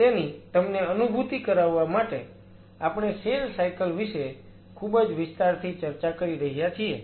તેની તમને અનુભૂતિ કરાવવા માટે આપણે સેલ સાયકલ વિશે ખુબજ વિસ્તારથી ચર્ચા કરી રહ્યા છીએ